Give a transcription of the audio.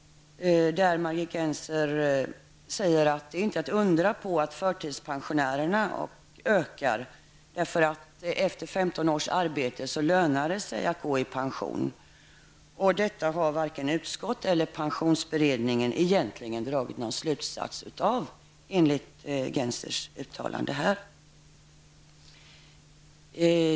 Margit Gennser sade att det är inte att undra på att förtidspensionärerna ökar i antal, för efter 15 års arbete lönar det sig att gå i pension. Detta har varken utskottet eller pensionsberedningen egentligen dragit någon slutsats av, enligt Margit Gennsers uttalande här.